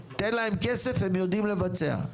תן להם כסף הם יודעים לבצע.